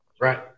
Right